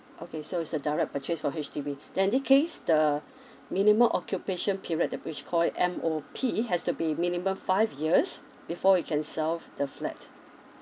okay so is a direct purchase from H_D_B then in this case the minimum occupation period that which call it M_O_P has to be minimum five years before you can sell off the flat